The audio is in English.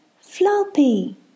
Floppy